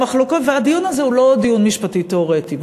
הדיון הזה הוא לא דיון משפטי תיאורטי.